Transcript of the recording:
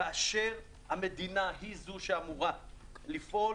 כאשר המדינה היא זו שאמורה לפעול,